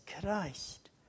Christ